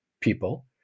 people